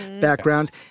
background